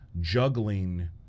juggling